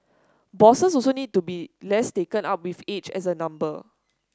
bosses also need to be less taken up with age as a number